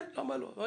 כן, למה לא ?